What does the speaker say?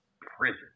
prison